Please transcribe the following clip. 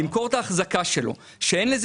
באנגלית קוראים לזה